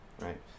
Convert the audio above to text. Right